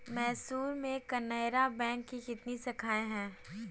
मैसूर में केनरा बैंक की कितनी शाखाएँ है?